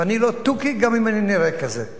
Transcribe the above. ואני לא תוכי גם אם אני נראה כזה.